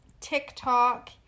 TikTok